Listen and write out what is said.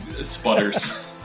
sputters